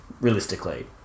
realistically